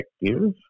effective